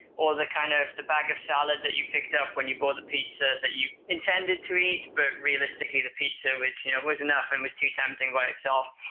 or the kind of the bag of salad that you picked up when you bought a pizza that you intended to eat, but realistically the pizza was yeah um was enough and was too tempting by itself.